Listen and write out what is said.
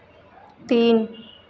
तीन